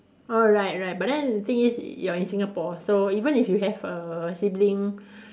oh right right but then the thing is you're in Singapore so even if you have a sibling